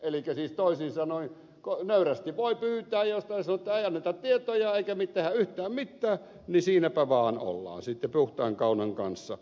elikkä siis toisin sanoen nöyrästi voi pyytää mutta jos ne sanovat että ei anneta tietoja eikä me tehdä yhtään mitään niin siinäpä vaan ollaan sitten puhtaan kaulan kanssa